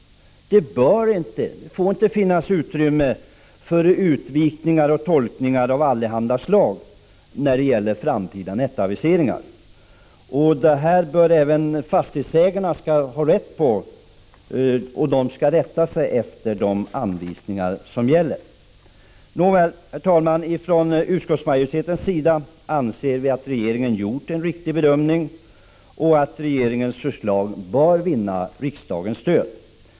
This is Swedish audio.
Det får inte finnas utrymme för utvikningar och tolkningar av allehanda slag när det gäller framtida nettoaviseringar. Fastighetsägarna skall få reda på och rätta sig efter de anvisningar som gäller. Herr talman! Från utskottsmajoritetens sida anser vi att regeringen gjort en riktig bedömning och att regeringens förslag bör vinna riksdagens stöd.